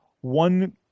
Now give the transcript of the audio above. one